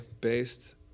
based